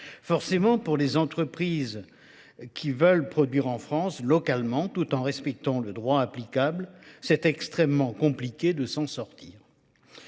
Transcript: Forcément, pour les entreprises qui veulent produire en France localement tout en respectant le droit applicable, c'est extrêmement compliqué de s'en sortir.